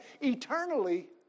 eternally